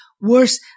worse